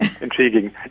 intriguing